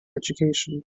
education